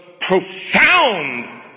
profound